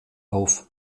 auf